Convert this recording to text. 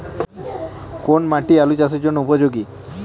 কোন মাটি আলু চাষের জন্যে উপযোগী?